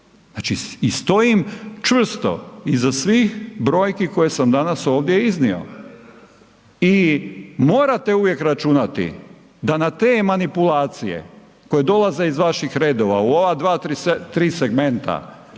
Znači i stojim čvrsto iza svih brojki koje sam danas ovdje iznio i morate uvijek računati da na te manipulacije koje dolaze iz vaših redova u ova dva, tri segmenta,